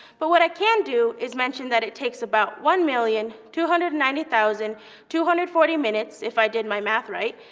but what i can do is mention that it takes about one million two hundred and ninety thousand two hundred and forty minutes, if i did my math right,